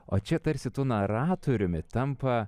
o čia tarsi tuo naratoriumi tampa